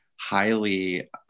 highly